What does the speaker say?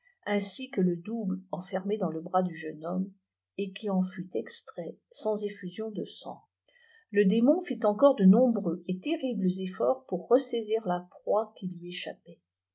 ainsi que le douwe enfftiribfeè dos le blas éa jeii nompie et qui ea fut extrait sans emmb de swf le déliion fit enoor éé oioiieitix et lerribles efforts pour ressaisir la proie qui luil éicfatkppaîit